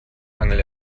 angel